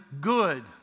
good